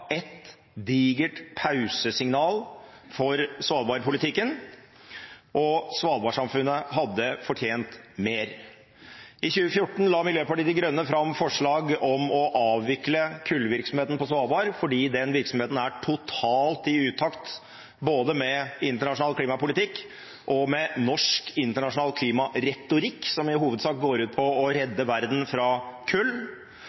digert pausesignal for Svalbard-politikken, og Svalbard-samfunnet hadde fortjent mer. I 2014 la Miljøpartiet De Grønne fram forslag om å avvikle kullvirksomheten på Svalbard, fordi den virksomheten er totalt i utakt både med internasjonal klimapolitikk og med norsk internasjonal klimaretorikk, som i hovedsak går ut på å redde verden fra kull,